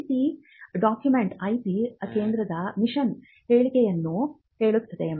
ನೀತಿ document IP ಕೇಂದ್ರದ mission ಹೇಳಿಕೆಯನ್ನು ಹೇಳುತ್ತದೆ